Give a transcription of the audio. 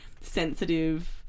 sensitive